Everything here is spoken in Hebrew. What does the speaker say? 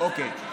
אוקיי.